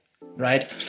right